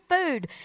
food